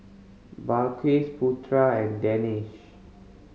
Balqis Putra and Danish